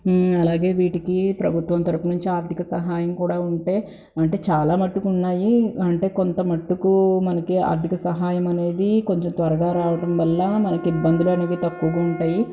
అలాగే వీటికి ప్రభుత్వం తరపునుంచి ఆర్థిక సహాయం కూడా ఉంటే అంటే చాలా మట్టుకు ఉన్నాయి అంటే కొంతమట్టుకు మనకి ఆర్థిక సహాయమనేది కొంచెం త్వరగా రావడం వల్ల మనకి ఇబ్బందులనేవి తక్కువగా ఉంటాయి